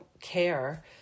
care